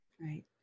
Right